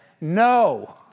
no